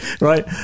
right